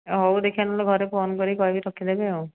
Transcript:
ହଉ ଦେଖିବା ନହେଲେ ଘରେ ଫୋନ୍ କରିକି କହିବି ରଖିଦେବେ ଆଉ